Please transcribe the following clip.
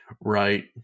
Right